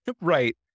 right